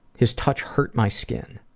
his touch hurt my skin.